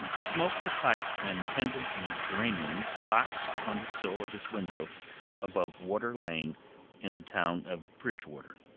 smoked a pipe and tended the geraniums boxed on the sill of his window above water lane in the town of bridgewater.